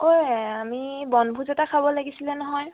ঐ আমি বনভোজ এটা খাব লাগিছিলে নহয়